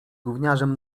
gówniarzem